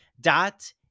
dot